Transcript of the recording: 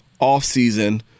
offseason